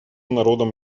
народам